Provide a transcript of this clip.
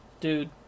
Dude